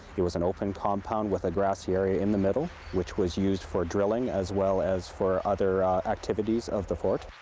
it was an open compound with a grassy area in the middle which was used for drilling as well as for other activities of the fort.